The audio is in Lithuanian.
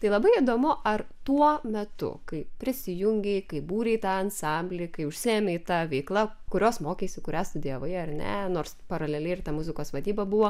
tai labai įdomu ar tuo metu kai prisijungei kai būrei tą ansamblį kai užsiėmei ta veikla kurios mokeisi kurią studijavai ar ne nors paraleliai ir ta muzikos vadyba buvo